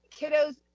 kiddos